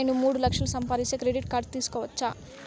నేను మూడు లక్షలు సంపాదిస్తే క్రెడిట్ కార్డు తీసుకోవచ్చా?